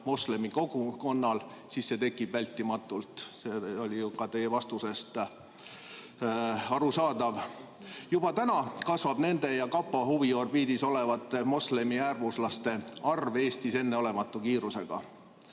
moslemikogukonnal, siis see tekib vältimatult. See oli ju ka teie vastusest arusaadav. Juba täna kasvab nende ja kapo huviorbiidis olevate moslemiäärmuslaste arv Eestis enneolematu kiirusega.